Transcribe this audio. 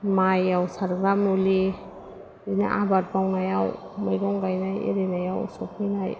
माइयाव सारग्रा मुलि बिदिनो आबाद मावनायाव मैगं गायनाय एरिनायाव सफैनाय